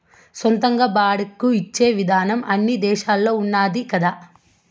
సొంతంగా బాడుగకు ఇచ్చే ఇదానం అన్ని దేశాల్లోనూ ఉన్నాది కదా